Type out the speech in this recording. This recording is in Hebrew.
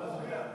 לא.